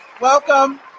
Welcome